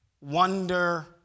wonder